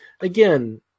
again